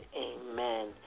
amen